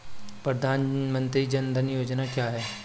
प्रधानमंत्री जन धन योजना क्या है?